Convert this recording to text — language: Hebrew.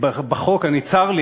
צר לי.